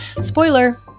Spoiler